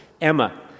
Emma